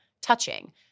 touching